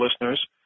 listeners